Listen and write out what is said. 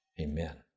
amen